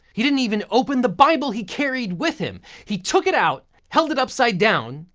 he didn't even open the bible he carried with him. he took it out, held it upside down,